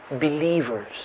believers